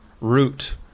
root